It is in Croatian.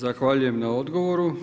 Zahvaljujem na odgovoru.